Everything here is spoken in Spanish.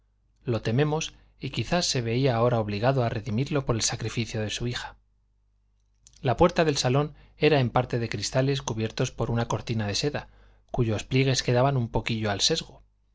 lo tememos y quizá se veía ahora obligado a redimirlo por el sacrificio de su hija la puerta del salón era en parte de cristales cubiertos por una cortina de seda cuyos pliegues quedaban un poquillo al sesgo